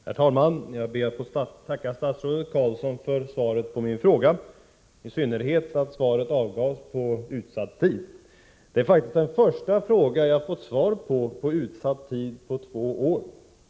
Herr talman! Jag ber att få tacka statsrådet Carlsson för svaret på min fråga, och i synnerhet för att svaret avgavs på utsatt tid. Det är faktiskt den första fråga som jag har fått svar på inom utsatt tid på två år.